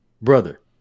Brother